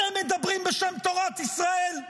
אתם מדברים בשם תורת ישראל?